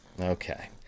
Okay